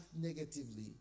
negatively